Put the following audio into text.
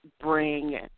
bring